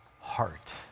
heart